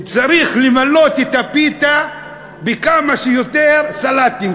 צריך למלא את הפיתה בכמה שיותר סלטים,